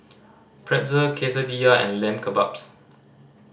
Pretzel Quesadilla and Lamb Kebabs